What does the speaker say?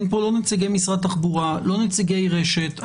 אין פה לא נציגי משרד התחבורה, לא נציגי רש"ת.